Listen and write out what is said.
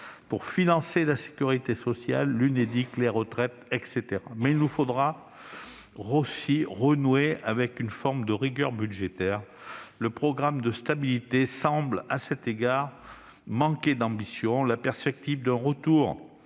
pour financer la sécurité sociale, l'Unédic, les retraites, il nous faudra renouer avec une forme de rigueur budgétaire. Le programme de stabilité semble, à cet égard, manquer d'ambition : la perspective d'un retour